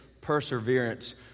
perseverance